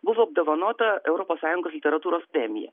buvo apdovanota europos sąjungos literatūros premija